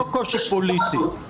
לא קושי פוליטי.